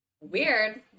Weird